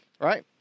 Right